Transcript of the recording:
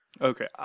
Okay